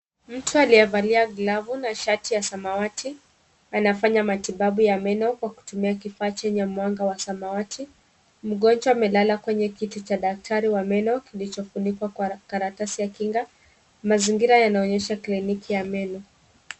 Mtu aliyevalia glavu na shati ya samawati anafanya matibabu ya meno kwa kutumia kifaa chenye mwanga wa samawati. Mgonjwa amelala kwenye kiti cha daktari wa meno kilichofunikwa kwa karatasi ya kinga. Mazingira yanaonyesha kliniki ya meno.